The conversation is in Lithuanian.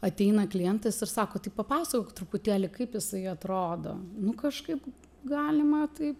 ateina klientas ir sako tai papasakok truputėlį kaip jisai atrodo nu kažkaip galima taip